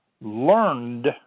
learned